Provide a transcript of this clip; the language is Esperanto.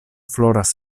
floras